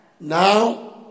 Now